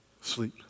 sleep